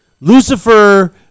Lucifer